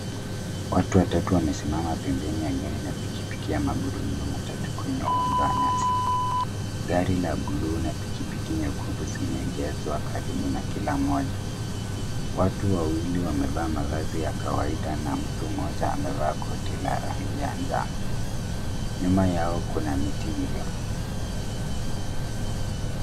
Watu watatu wamesimama pembeni ya gari na pikipiki ya magurudumu matatu kwenye uwanja wa nyasi. Gari ya buluu na pikipiki nyekundu zimeegezwa karibu na kwa kila mmoja. Watu wawili wamevaa mavazi ya kawaida na mtu mmoja amevaa koti la rangi ya njano . Nyuma yao kuna miti mirefu.